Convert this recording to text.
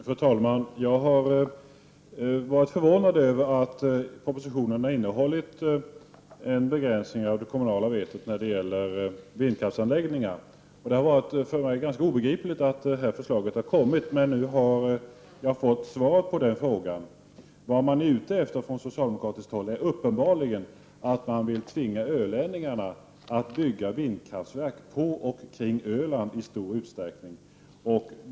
Fru talman! Det har förvånat mig att propositionen innehåller förslag till begränsning av det kommunala vetot vad gäller vindkraftsanläggningar. Det har varit obegripligt för mig hur det förslaget har kunnat läggas fram, men nu har jag fått svar på den frågan. Socialdemokraterna är uppenbarligen ute efter att tvinga ölänningarna att bygga vindkraftverk i stor utsträckning på och kring Öland.